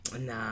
Nah